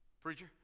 preacher